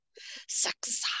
Sex